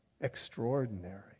extraordinary